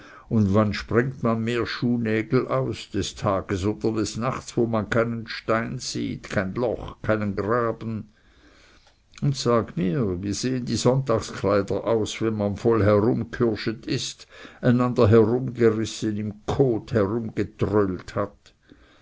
und wann sprengt man mehr schuhnägel aus des tages oder des nachts wo man keinen stein sieht kein loch keinen graben und sag mir wie sehen die sonntagskleider aus wenn man voll herumghürschet ist einander herumgerissen im kot herumgedröhlt hat